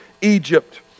Egypt